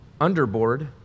underboard